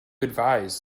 advise